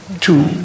two